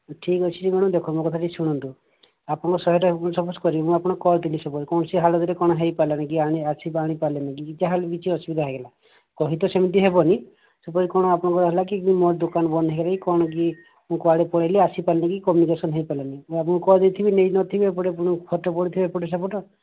ଠିକ୍ ଅଛି ମ୍ୟାଡ଼ାମ ଦେଖନ୍ତୁ ମୋ କଥା ଟିକେ ଶୁଣନ୍ତୁ ଆପଣ ଶହେଟା ସପୋଜ୍ କରିବି ମୁଁ ଆପଣଙ୍କୁ କହିଦେଲି ସପୋଜ୍ କୌଣସି ହାଲତରେ କଣ ହୋଇପାରିଲାନି କି ଆସିକି ଆଣିପାରିଲାନି ଯାହା ହେଲେବି କିଛି ଅସୁବିଧା ହୋଇଗଲା କହି ତ ସେମିତି ହେବନି ସପୋଜ୍ କଣ ଆପଣଙ୍କ ହେଲା କି ମୋ ଦୋକାନ ବନ୍ଦ ହେଇଗଲା କି କଣ କି ମୁଁ କୁଆଡେ ପଳେଇଲି ଆସିପାରିଲିନି କମ୍ୟୁନିକେଶନ ହୋଇପାରିଲାନି ମୁଁ ଆପଣଙ୍କୁ କହିଦେଇଥିବି ନେଇନଥିବେ ଏପଟେ ପୁଣି ଫୋଟୋ ପଡ଼ିଥିବ ଏପଟ ସେପଟ